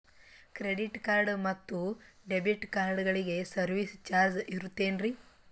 Credit card ಮತ್ತು debit ಕಾರ್ಡಗಳಿಗೆ service charge ಇರುತೇನ್ರಿ?